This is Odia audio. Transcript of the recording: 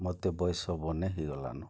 ମୋତେ ବୟସ ବନେ ହୋଇଗଲା ନୁ